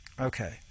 okay